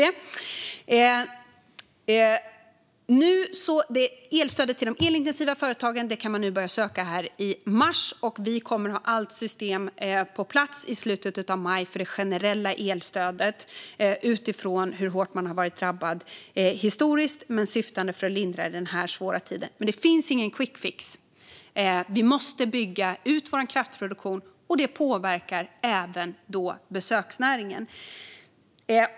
Elstödet till de elintensiva företagen kan man börja söka i mars. Vi kommer att ha hela systemet för det generella stödet på plats i slutet av maj, och det ges utifrån hur hårt man har varit drabbad historiskt och syftar till att lindra under den här svåra tiden. Det finns dock ingen quick fix. Vi måste bygga ut vår kraftproduktion, och det påverkar även besöksnäringen.